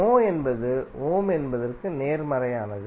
Mho என்பது ohm என்பதற்கு நேர்மாறானது